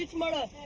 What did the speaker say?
minute?